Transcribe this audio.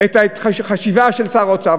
את החשיבה של שר האוצר.